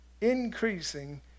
increasing